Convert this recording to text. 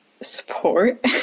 support